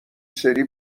سری